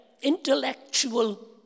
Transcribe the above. intellectual